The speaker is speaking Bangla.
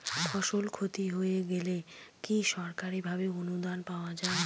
ফসল ক্ষতি হয়ে গেলে কি সরকারি ভাবে অনুদান পাওয়া য়ায়?